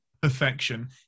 perfection